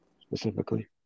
specifically